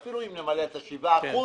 ואפילו אם נמלא את השבעה אחוזים,